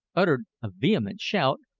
uttered a vehement shout,